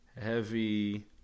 heavy